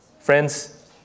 Friends